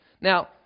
Now